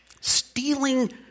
stealing